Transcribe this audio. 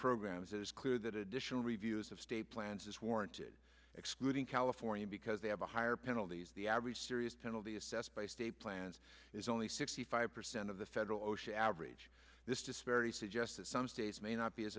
programs is clear that additional reviews of state plans is warranted excluding california because they have a higher penalties the average serious penalty assessed by state plans is only sixty five percent of the federal osha average this disparity suggests that some states may not be as